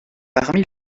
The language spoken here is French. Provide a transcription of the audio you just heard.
parmi